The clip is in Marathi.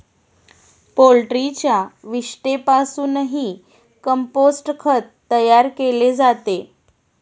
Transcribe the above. पोल्ट्रीच्या विष्ठेपासूनही कंपोस्ट खत तयार केले जाते